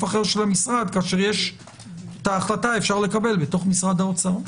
אחר של המשרד כאשר את ההחלטה אפשר לקבל בתוך משרד האוצר.